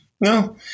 No